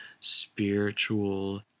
spiritual